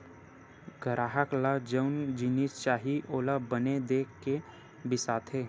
गराहक ल जउन जिनिस चाही ओला बने देख के बिसाथे